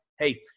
Hey